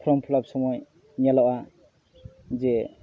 form fill up ᱥᱚᱢᱚᱭ ᱧᱮᱞᱚᱜᱼᱟ ᱡᱮ